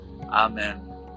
Amen